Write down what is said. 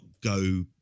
go